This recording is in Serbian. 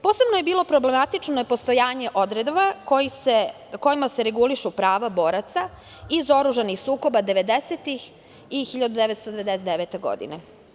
Posebno je bilo problematično postojanje odredaba kojima se regulišu prava boraca iz oružanih sukoba 90-ih i 1999. godine.